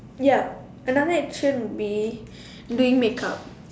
ya another addiction would be doing make up